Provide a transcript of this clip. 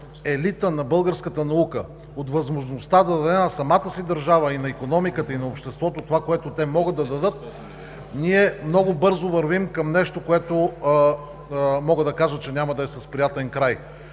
елита на българската наука от възможността да даде на самата си държава, на икономиката и на обществото това, което той може да даде, ние много бързо вървим към нещо, което мога да кажа, че няма да е с приятен край.